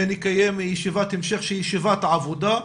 שנקיים ישיבת המשך שהיא ישיבת עבודה,